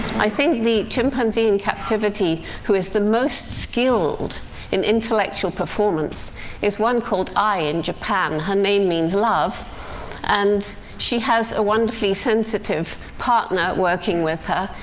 i think the chimpanzee in captivity who is the most skilled in intellectual performance is one called ai in japan her name means love and she has a wonderfully sensitive partner working with her.